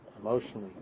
emotionally